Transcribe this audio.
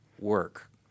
work